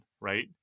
right